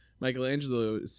Michelangelo